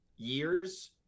Years